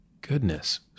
goodness